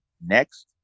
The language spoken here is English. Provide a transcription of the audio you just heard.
next